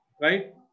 Right